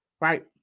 right